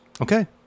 Okay